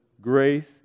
Grace